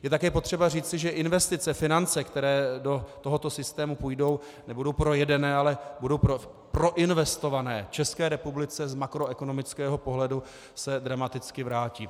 Je také potřeba říci, že investice, finance, které do tohoto systému půjdou, nebudou projedené, ale budou proinvestované, České republice z makroekonomického pohledu se dramaticky vrátí.